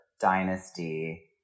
Dynasty